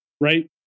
right